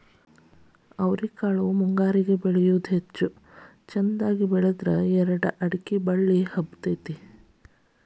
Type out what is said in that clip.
ಅವ್ರಿಕಾಳು ಮುಂಗಾರಿಗೆ ಬೆಳಿಯುವುದ ಹೆಚ್ಚು ಚಂದಗೆ ಬೆಳದ್ರ ಎರ್ಡ್ ಅಕ್ಡಿ ಬಳ್ಳಿ ಹಬ್ಬತೈತಿ